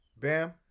Bam